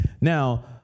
Now